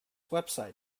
website